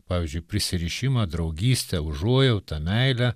pavyzdžiui prisirišimą draugystę užuojautą meilę